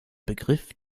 begriff